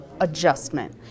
adjustment